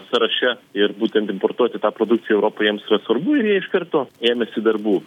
sąraše ir būtent importuoti tą produkciją į europą jiems yra svarbu ir jie iš karto ėmėsi darbų